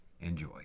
Enjoy